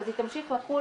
אז היא תמשיך לחול